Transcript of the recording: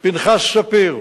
פנחס ספיר,